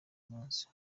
munsi